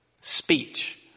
speech